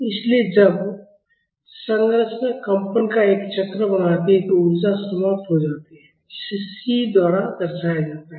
इसलिए जब संरचना कंपन का एक चक्र बनाती है तो ऊर्जा समाप्त हो जाती है जिसे c द्वारा दर्शाया जाता है